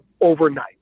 overnight